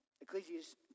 Ecclesiastes